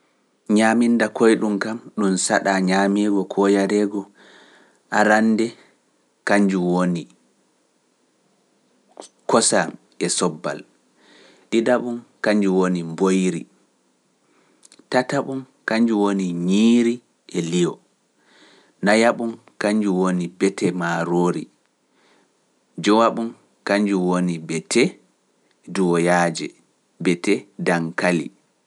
Ñaaminda koyɗum kam ɗum saɗa ñaameego koo yareego arande kañjun woni kosam e sobbal, ɗiɗaɓum kañjun woni mboyri, tataɓum kañju woni ñiiri e liyo, nayaɓum kañjun woni bete maaroori, jowaɓum kañjun woni bete dooyaaje, bete daŋkali.